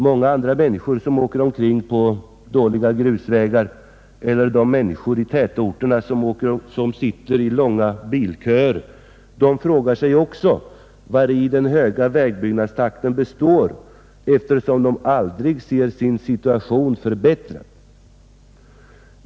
Många människor som åker omkring på dåliga grusvägar eller människor i tätorterna som sitter i långa bilköer frågar sig också vari den höga vägbyggnadstakten består eftersom de aldrig ser sin situation förbättrad.